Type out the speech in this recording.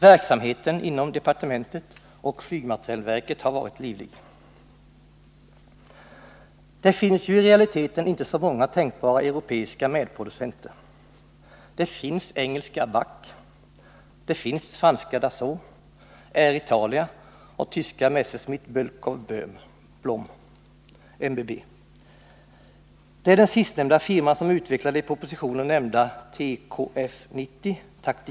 Verksamheten inom departementet och flygmaterielverket har varit livlig. Det finns i realiteten inte så många tänkbara europeiska medproducenter. De som skulle kunna komma i fråga är engelska BAC, franska Dassault, AIR-lItalia och tyska Messerschmitt-Bölkow-Blohm GmbH .